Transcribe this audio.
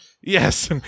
yes